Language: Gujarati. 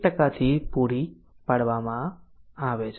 1 પૂરી પાડવામાં આવે છે